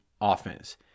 offense